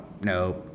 no